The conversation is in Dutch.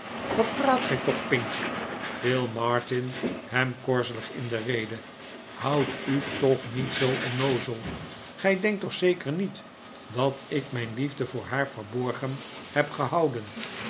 wat praat gij toch pinch viel martin hem korzelig in de rede houd u toch niet zoo onnoozel gij denkt toch zeker niet dat ik mijn liefde voor haar verborgen heb gehouden